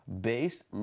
based